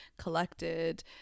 collected